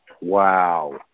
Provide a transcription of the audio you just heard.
Wow